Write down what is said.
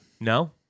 No